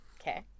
Okay